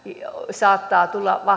saattaa tulla